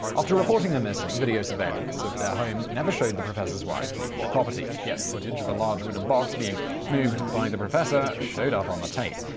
after reporting her missing, video surveillance of their home never showed the professor's wife leaving the property. yet footage of a large wooden box being moved by the professor showed up on the tape.